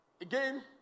Again